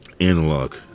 Analog